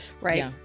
right